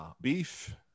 beef